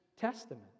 Testament